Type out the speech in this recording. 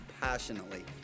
passionately